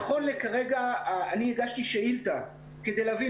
נכון לכרגע אני הגשתי שאילתה כדי להבין